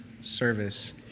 service